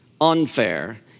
unfair